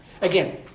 Again